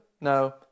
No